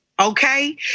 okay